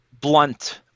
Blunt